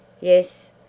Yes